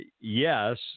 Yes